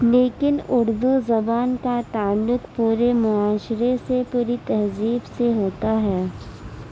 لیکن اردو زبان کا تعلق پورے معاشرے سے پوری تہذیب سے ہوتا ہے